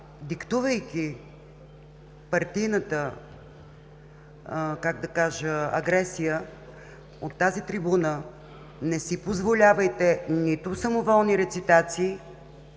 Диктувайки партийната, как да кажа, агресия, от тази трибуна не си позволявайте нито самоволни рецитации,